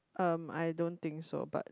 um I don't think so but